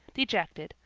dejected,